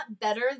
better